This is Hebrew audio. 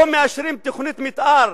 לא מאשרים תוכנית מיתאר